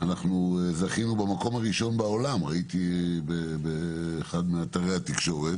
זכינו במקום הראשון בעולם כפי שראיתי באחד מאתרי התקשורת